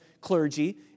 clergy